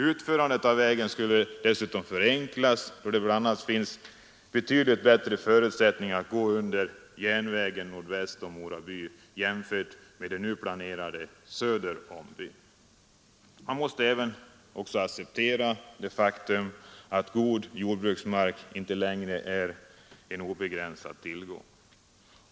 Utförandet av vägen skulle dessutom förenklas, då det bl.a. finns betydligt bättre förutsättningar att gå under järnvägen nordväst om Mora by jämfört med, som nu planeras, söder om byn. Man måste även acceptera det faktum att god jordbruksmark inte längre är en obegränsad tillgång.